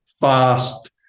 fast